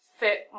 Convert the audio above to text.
fit